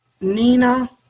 Nina